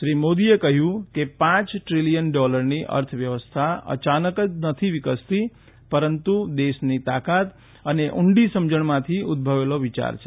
શ્રી મોદીએ કહ્યું કે પાંચ ટ્રિલિયન ડોલરની અર્થવ્યવસ્થા અયાનક જ નથી વિકસતી પરંતુ દેશની તાકાત અને ઉંડી સમજણમાંથી ઉદભવેલો વિચાર છે